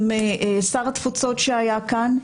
עם שר התפוצות שהיה כאן,